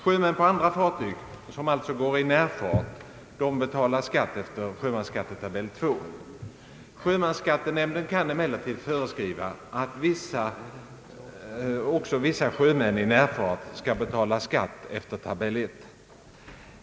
Sjömän på fartyg som går i närfart betalar skatt efter sjömansskattetabell II. Sjömansskattenämnden kan emellertid föreskriva att också vissa sjömän i närfart skall betala skatt efter tabell I.